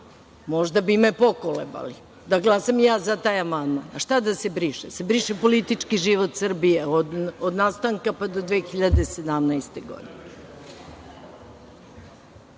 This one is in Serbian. možda bi me pokolebali da glasam i ja za taj amandman. Šta da se briše? Da se briše politički život Srbije od nastanka pa do 2017. godine? Ako